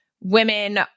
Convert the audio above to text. women